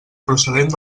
procedent